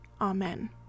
Amen